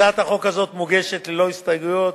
הצעת החוק הזאת מוגשת ללא הסתייגויות,